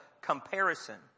comparison